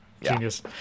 Genius